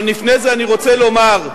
אבל לפני זה אני רוצה לומר: